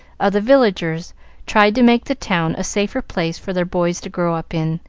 of the villagers tried to make the town a safer place for their boys to grow up in,